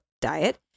diet